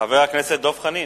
חבר הכנסת דב חנין.